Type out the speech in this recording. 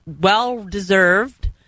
well-deserved